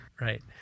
right